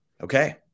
okay